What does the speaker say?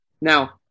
Now –